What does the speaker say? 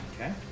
Okay